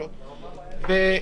שוב,